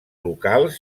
locals